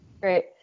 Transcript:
Great